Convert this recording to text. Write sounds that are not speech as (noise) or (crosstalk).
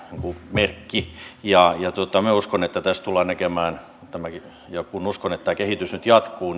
merkki minä uskon että tässä tullaan näkemään ja uskon että tämä kehitys nyt jatkuu (unintelligible)